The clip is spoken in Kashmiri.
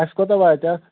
اَسہِ کوتاہ واتہِ اتھ